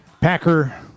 Packer